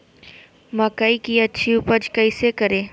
मकई की अच्छी उपज कैसे करे?